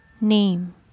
name